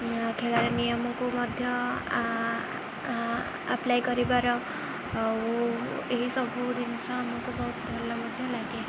ଖେଳର ନିୟମକୁ ମଧ୍ୟ ଆପ୍ଲାଏ କରିବାର ଆଉ ଏହିସବୁ ଜିନିଷ ଆମକୁ ବହୁତ ଭଲ ମଧ୍ୟ ଲାଗେ